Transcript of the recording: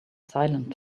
silent